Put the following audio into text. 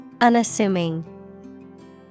Unassuming